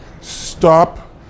Stop